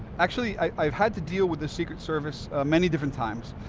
actually, i've had to deal with the secret service many different times.